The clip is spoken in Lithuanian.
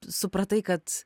supratai kad